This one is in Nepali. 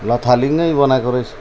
लथालिङ्गै बनाएको रहेछ